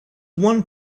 one